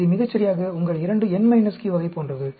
இது மிகச்சரியாக உங்கள் 2n q வகை போன்றது